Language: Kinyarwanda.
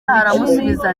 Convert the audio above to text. aramusubiza